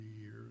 years